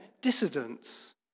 dissidents